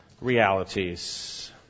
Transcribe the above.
realities